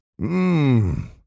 Mmm